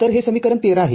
तरहे समीकरण १३ आहे